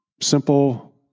simple